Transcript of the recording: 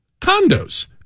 condos